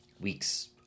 weeks